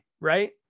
Right